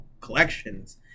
collections